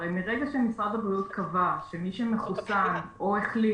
הרי מרגע שמשרד הבריאות קבע, שמי שמחוסן או החלים